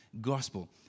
gospel